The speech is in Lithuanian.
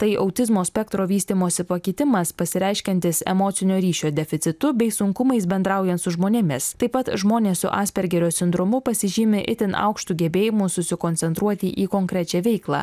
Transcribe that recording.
tai autizmo spektro vystymosi pakitimas pasireiškiantis emocinio ryšio deficitu bei sunkumais bendraujant su žmonėmis taip pat žmonės su aspergerio sindromu pasižymi itin aukštu gebėjimu susikoncentruoti į konkrečią veiklą